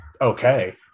okay